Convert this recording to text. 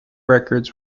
records